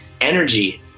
energy